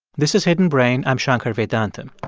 this is hidden brain. i'm shankar vedantam